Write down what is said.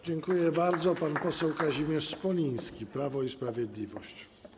Dziękuję bardzo, pan poseł Kazimierz Smoliński, Prawo i Sprawiedliwość.